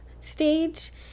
stage